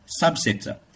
subsector